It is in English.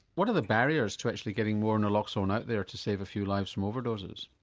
what are the barriers to actually getting more naloxone out there to save a few lives from overdoses?